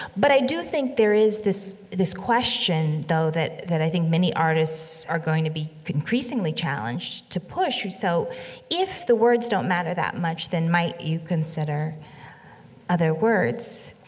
but i do think there is this this question, though that that i think many artists are going to be increasingly challenged to push. so if the words don't matter that much, then might you consider other words?